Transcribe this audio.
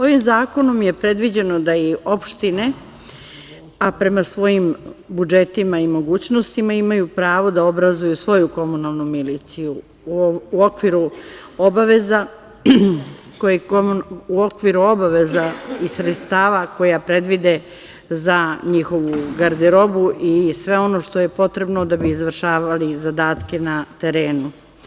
Ovim zakonom je predviđeno da i opštine, a prema svojim budžetima i mogućnostima, imaju pravo da obrazuju svoju komunalnu miliciju u okviru obaveza i sredstava koja predvide za njihovu garderobu i sve ono što je potrebno da bi izvršavali zadatke na terenu.